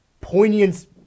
poignant